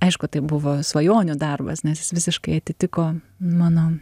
aišku tai buvo svajonių darbas nes jis visiškai atitiko mano